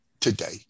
today